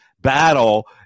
battle